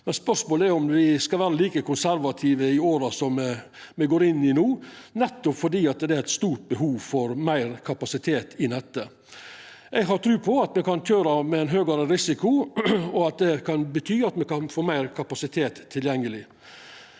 men spørsmålet er om me skal vera like konservative i åra me går inn i no, nettopp fordi det er eit stort behov for meir kapasitet i nettet. Eg har tru på at me kan køyra med ein høgare risiko, og at det kan bety at me kan få meir kapasitet tilgjengeleg.